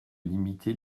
limiter